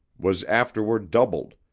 was afterward doubled,